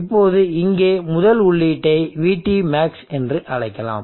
இப்போது இங்கே முதல் உள்ளீட்டை VTmax என்று அழைக்கலாம்